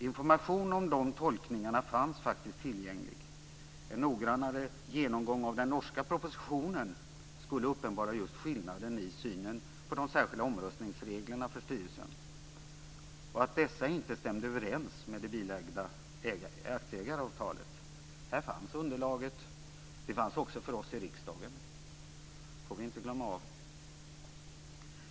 Information om de tolkningarna fanns faktiskt tillgänglig. En noggrannare genomgång av den norska propositionen skulle uppenbara skillnaden i synen på de särskilda omröstningsreglerna för styrelsen och visa att dessa inte stämde överens med det bilagda aktieägaravtalet. Här fanns underlaget. Det fanns också för oss i riksdagen. Det får vi inte glömma.